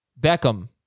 Beckham